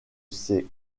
ces